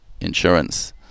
insurance